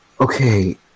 okay